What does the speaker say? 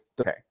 Okay